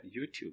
YouTube